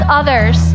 others